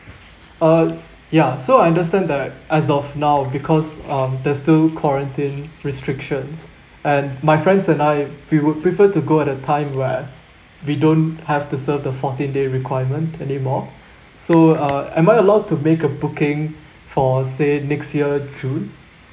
uh s~ ya so I understand that as of now because um there's still quarantine restrictions and my friends and I we would prefer to go at a time where we don't have to serve the fourteen day requirement anymore so uh am I allowed to make a booking for say next year june